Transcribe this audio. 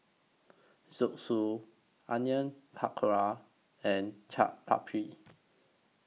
Zosui Onion Pakora and Chaat Papri